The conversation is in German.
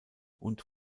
und